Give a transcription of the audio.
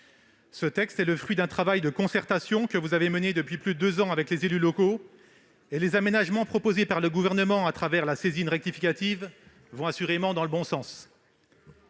Ce texte est le fruit d'un travail de concertation que vous avez mené depuis plus de deux ans avec les élus locaux, et les aménagements proposés par le Gouvernement à travers la saisine rectificative vont assurément dans le bon sens.